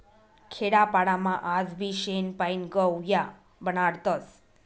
खेडापाडामा आजबी शेण पायीन गव या बनाडतस